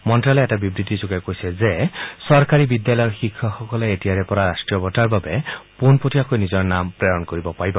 মন্ত্যালয়ে এটা বিবৃতিযোগে কৈছে যে চৰকাৰী বিদ্যালয়ৰ শিক্ষকসকলে এতিয়াৰে পৰা ৰাষ্ট্ৰীয় বঁটাৰ বাবে পোনপটীয়াকৈ নিজৰ নাম প্ৰেৰণ কৰিব পাৰিব